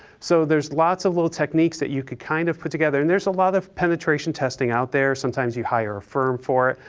so there's lots of little techniques that you could kind of put together. and there's a lot of penetration testing out there, sometimes you hire a firm for it,